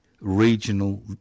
regional